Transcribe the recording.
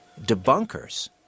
debunkers